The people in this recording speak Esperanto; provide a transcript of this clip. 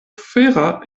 fera